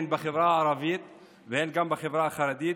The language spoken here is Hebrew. הן בחברה הערבית והן בחברה החרדית,